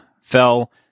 fell